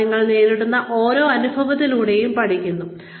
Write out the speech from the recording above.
കൂടാതെ നിങ്ങൾ നേടിയെടുക്കുന്ന ഓരോ അനുഭവത്തിലൂടെയും നിങ്ങൾ പഠിക്കുന്നു